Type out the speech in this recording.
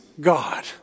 God